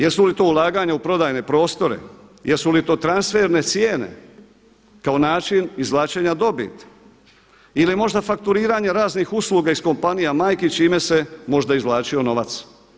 Jesu li to ulaganja u prodajne prostore, jesu li to transferne cijene kao način izvlačenja dobiti ili možda fakturiranje raznih usluga iz kompanija majki čime se možda izvlačio novac?